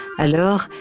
Alors